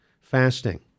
fasting